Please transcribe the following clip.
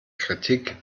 kritik